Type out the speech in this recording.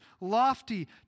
lofty